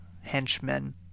henchmen